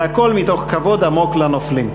והכול מתוך כבוד עמוק לנופלים.